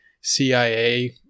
CIA